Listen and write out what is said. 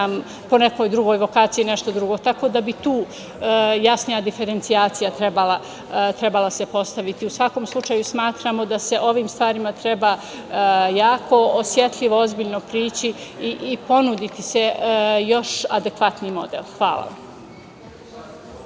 po nekoj drugoj vokaciji nešto drugo. Tako da bi da tu jasnija diferencijacija trebala se postaviti. U svakom slučaju, smatramo da se ovim stvarima treba jako osetljivo, ozbiljno prići i ponuditi se još adekvatniji model. Hvala.